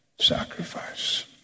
sacrifice